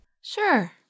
Sure